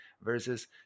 versus